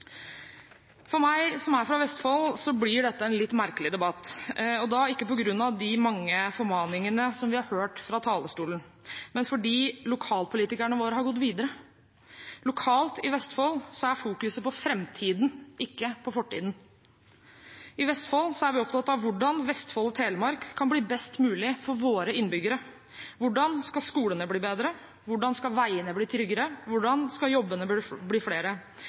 For meg som er fra Vestfold, blir dette en litt merkelig debatt – ikke på grunn av de mange formaningene som vi har hørt fra talerstolen, men fordi lokalpolitikerne våre har gått videre. Lokalt i Vestfold er fokuset på framtiden, ikke på fortiden. I Vestfold er vi opptatt av hvordan Vestfold og Telemark kan bli best mulig for våre innbyggere: Hvordan skal skolene bli bedre? Hvordan skal veiene bli tryggere? Hvordan skal jobbene bli flere?